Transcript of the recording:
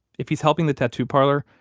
if he's helping the tattoo parlor,